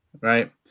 right